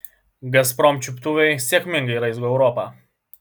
gazprom čiuptuvai sėkmingai raizgo europą